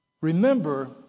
Remember